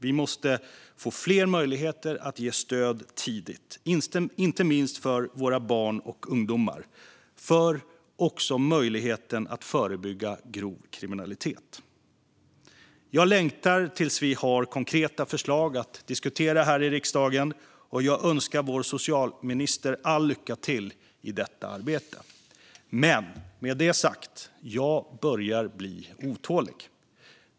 Vi måste få fler möjligheter att ge stöd tidigt, inte minst för våra barn och ungdomar och för möjligheten att förebygga grov kriminalitet. Jag längtar till att vi har konkreta förslag att diskutera här i riksdagen. Jag önskar vår socialtjänstminister lycka till i detta arbete. Men med det sagt börjar jag bli otålig.